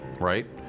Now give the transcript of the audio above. right